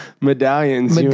Medallions